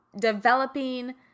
developing